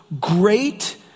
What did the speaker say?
Great